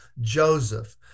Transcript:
Joseph